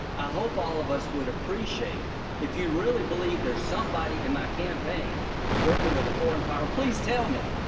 i hope all of us would appreciate if you really believe there is somebody in my campaign working with a foreign power, please tell me